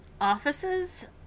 offices